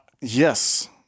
Yes